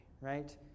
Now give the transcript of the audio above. right